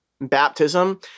baptism